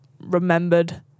remembered